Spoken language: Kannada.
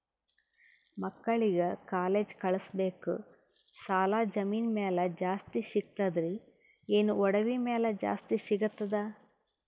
ಮಕ್ಕಳಿಗ ಕಾಲೇಜ್ ಕಳಸಬೇಕು, ಸಾಲ ಜಮೀನ ಮ್ಯಾಲ ಜಾಸ್ತಿ ಸಿಗ್ತದ್ರಿ, ಏನ ಒಡವಿ ಮ್ಯಾಲ ಜಾಸ್ತಿ ಸಿಗತದ?